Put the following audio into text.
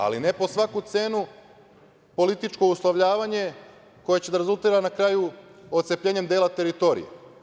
Ali, ne po svaku cenu političko uslovljavanje koje će da rezultira na kraju ocepljenjem dela teritorije.